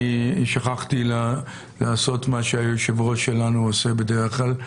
שכחתי לעשות מה שהיושב-ראש שלנו עושה בדרך כלל,